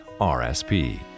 rsp